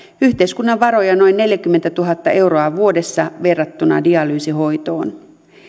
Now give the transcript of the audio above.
yhteiskunnan varoja noin neljäkymmentätuhatta euroa vuodessa verrattuna dialyysihoitoon